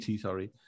sorry